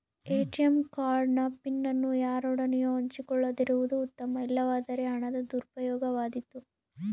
ATM card ನ PIN ಅನ್ನು ಯಾರೊಡನೆಯೂ ಹಂಚಿಕೊಳ್ಳದಿರುವುದು ಉತ್ತಮ, ಇಲ್ಲವಾದರೆ ಹಣದ ದುರುಪಯೋಗವಾದೀತು